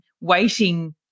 waiting